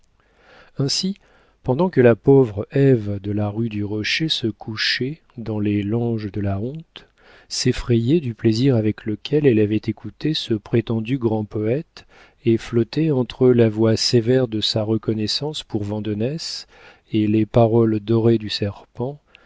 ainsi pendant que la pauvre ève de la rue du rocher se couchait dans les langes de la honte s'effrayait du plaisir avec lequel elle avait écouté ce prétendu grand poète et flottait entre la voix sévère de sa reconnaissance pour vandenesse et les paroles dorées du serpent